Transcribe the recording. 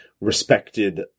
respected